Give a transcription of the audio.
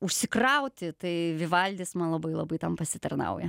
užsikrauti tai vivaldis man labai labai ten pasitarnauja